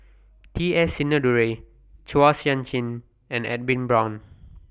T S Sinnathuray Chua Sian Chin and Edwin Brown